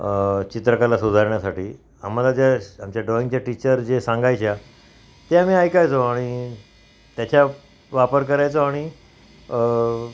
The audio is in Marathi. चित्रकला सुधारण्यासाठी आम्हाला ज्या आमच्या ड्रॉईंगच्या टीचर जे सांगायच्या ते आम्ही ऐकायचो आणि त्याच्या वापर करायचो आणि